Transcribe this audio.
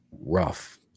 rough